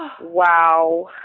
wow